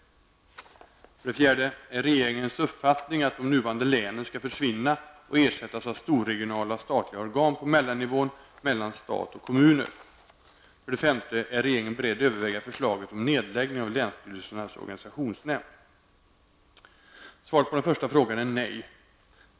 4. Är regeringens uppfattning att de nuvarande länen skall försvinna och ersättas av storregionala statliga organ på mellannivån mellan stat och kommuner? 5. Är regeringen beredd att överväga förslaget om nedläggning av länsstyrelsernas organisationsnämnd ? Svaret på den första frågan är nej.